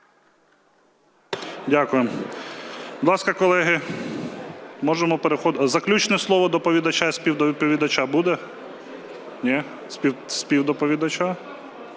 Дякую. Будь ласка, колеги, можемо переходити... Заключне слово доповідача і співдоповідача буде? Ні. Співдоповідача?